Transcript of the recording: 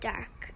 Dark